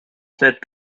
said